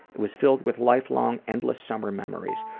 it was filled with lifelong endless summer memories.